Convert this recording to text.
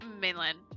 mainland